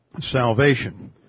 salvation